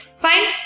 Fine